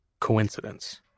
coincidence